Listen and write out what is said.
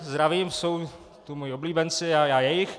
Zdravím, jsou to moji oblíbenci a já jejich.